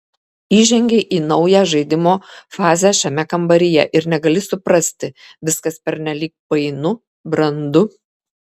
įžengei į naują žaidimo fazę šiame kambaryje ir negali suprasti viskas pernelyg painu brandu